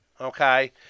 Okay